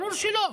ברור שלא.